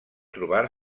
trobar